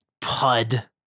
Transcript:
PUD